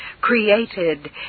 created